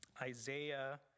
Isaiah